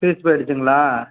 fees போய்டுச்சுங்களா